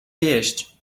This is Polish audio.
jeść